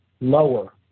lower